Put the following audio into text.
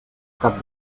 cap